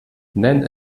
nenn